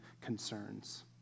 concerns